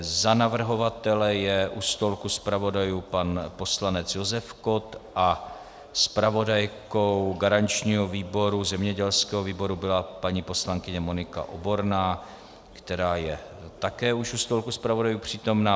Za navrhovatele je u stolku zpravodajů pan poslanec Josef Kott a zpravodajkou garančního výboru, zemědělského výboru, byla paní poslankyně Monika Oborná, která je také už u stolku zpravodajů přítomna.